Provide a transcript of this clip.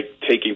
taking